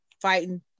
fighting